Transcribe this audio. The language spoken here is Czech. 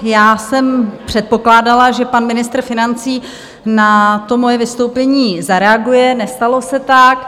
Já jsem předpokládala, že pan ministr financí na moje vystoupení zareaguje, nestalo se tak.